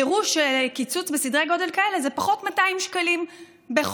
הפירוש של קיצוץ בסדרי גודל כאלה זה פחות 200 שקלים בחודש.